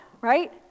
right